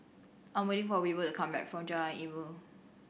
I'm waiting for Weaver to come back from Jalan Ilmu